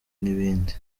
n’ibindi